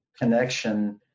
connection